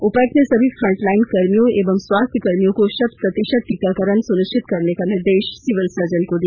उपायुक्त ने सभी फ्रंटलाइन कर्मियों एवं स्वास्थ्य कर्मियों का शत प्रतिशत टीकाकरण सुनिश्चित करने का निर्देश सिविल सर्जन को दिया